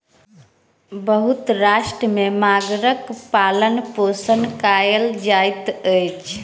बहुत राष्ट्र में मगरक पालनपोषण कयल जाइत अछि